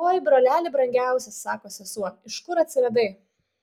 oi broleli brangiausias sako sesuo iš kur atsiradai